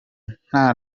nta